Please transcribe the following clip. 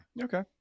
okay